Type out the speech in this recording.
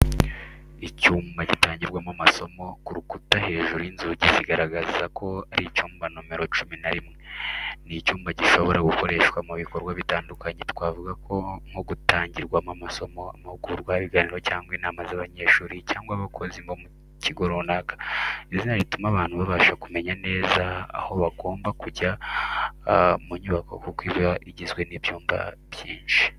Icyumba gitangirwamo amasomo, ku rukuta hejuru y’inzugi zigaragaza ko ari icyumba nomero cumi na rimwe. Ni icyumba gishobora gukoreshwa mu bikorwa bitandukanye, twavuga nko gutangirwamo amasomo, amahugurwa, ibiganiro cyangwa inama z’abanyeshuri cyangwa abakozi mu kigo runaka. Izina rituma abantu babasha kumenya neza aho bagomba kujya mu nyubako kuko iba igizwe n’ibyumba byinshi.